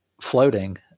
floating